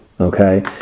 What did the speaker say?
okay